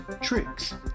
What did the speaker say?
tricks